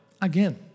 again